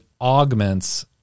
augments